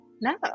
No